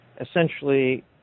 essentially